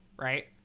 right